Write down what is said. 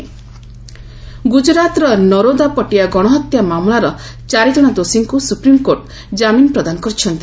SC Naroda Patiya ଗୁଜ୍ଜୁରାତର ନରୋଦା ପଟିୟା ଗଣହତ୍ୟା ମାମଲାର ଚାରିଜଣ ଦୋଷୀଙ୍କୁ ସୁପ୍ରିମକୋର୍ଟ ଜାମିନ ପ୍ରଦାନ କରିଛନ୍ତି